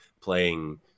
playing